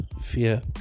fear